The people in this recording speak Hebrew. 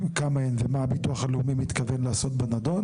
ומה הביטוח הלאומי מתכוון לעשות בנדון.